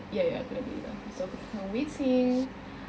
ya ya aku dah beli dah so aku tengah waiting